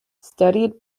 studied